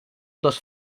dos